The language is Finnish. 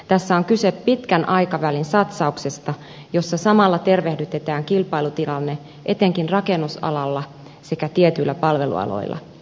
tässä on kyse pitkän aikavälin satsauksesta jossa samalla tervehdytetään kilpailutilanne etenkin rakennusalalla sekä tietyillä palvelualoilla